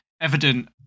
evident